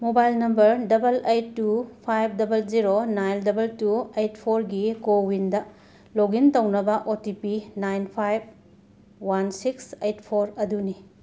mobile number double eight two five double zero nine double two eight ꯐꯣꯔꯒꯤ ꯀꯣꯋꯤꯟꯗ log in ꯇꯧꯅꯕ O T P nine five one six eight four ꯑꯗꯨꯅꯤ